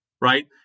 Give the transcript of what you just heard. right